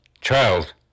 child